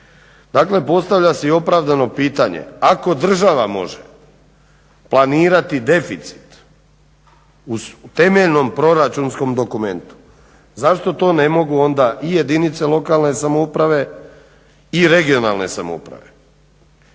Dakle postavlja se i opravdano pitanje, ako država može planirati deficit u temeljnom proračunskom dokumentu zašto to ne mogu onda i jedinice lokalne samouprave i regionalne samouprave.